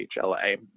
HLA